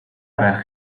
байх